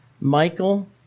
Michael